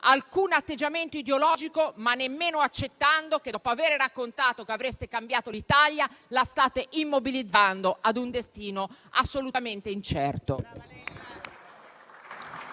alcun atteggiamento ideologico, ma nemmeno accettando il fatto che, dopo aver raccontato che avreste cambiato l'Italia, la state immobilizzando ad un destino assolutamente incerto.